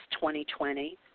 2020